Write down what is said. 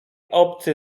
obcy